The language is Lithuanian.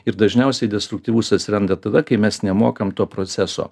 ir dažniausiai destruktyvus atsiranda tada kai mes nemokam to proceso